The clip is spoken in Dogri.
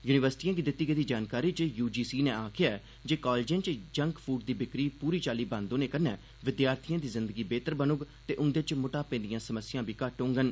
यूनिवर्सिर्टिएं गी दित्ती गेदी जानकारी च यूजीसी नै आक्खेआ ऐ ज'कालेजें च जंक फूड दी बिक्री पूरी चाल्ली बंद होने कन्नै विद्यार्थिएं दी जिंदगी बेहतर बनोग ते उंदे च मोटापे दियां समस्यां बी घट्ट होंगन